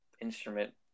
instrument